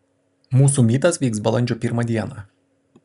mūsų mytas vyks balandžio pirmą dieną